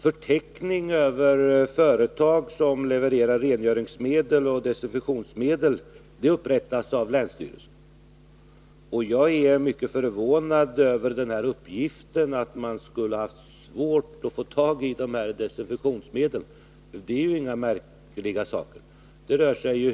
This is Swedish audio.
Förteckning över företag som levererar rengöringsmedel och desinfektionsmedel upprättas av länsstyrelsen. Jag är mycket förvånad över uppgiften att man hade svårt att få tag i dessa desinfektionsmedel. Det är inga märkliga saker som behövs.